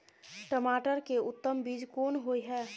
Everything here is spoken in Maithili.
टमाटर के उत्तम बीज कोन होय है?